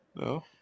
No